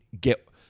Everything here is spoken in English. get